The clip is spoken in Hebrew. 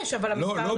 יש, אבל המספר נמוך.